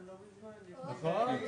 לא דיברנו על כל משלוחי המנות שהיו